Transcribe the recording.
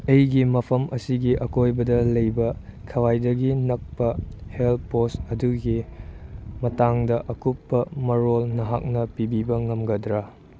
ꯑꯩꯒꯤ ꯃꯐꯝ ꯑꯁꯤꯒꯤ ꯑꯀꯣꯏꯕꯗ ꯂꯩꯕ ꯈ꯭ꯋꯥꯏꯗꯒꯤ ꯅꯛꯄ ꯍꯦꯜ ꯄꯣꯁ ꯑꯗꯨꯒꯤ ꯃꯇꯥꯡꯗ ꯑꯀꯨꯞꯄ ꯃꯔꯣꯜ ꯅꯍꯥꯛꯅ ꯄꯤꯕꯤꯕ ꯉꯝꯒꯗ꯭ꯔ